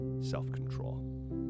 self-control